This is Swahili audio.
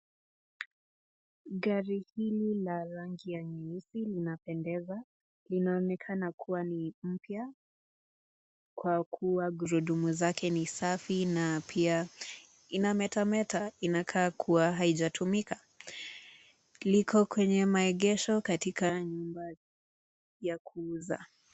Gari hili la rangi ya nyeusi inapendeza, inaonekana kua ni mpya kwa kua gurudumu zake ni safi na inametameta na inakaa kua hijatumika. Liko kwenye maegesho katika nyumba ya kuuzwa.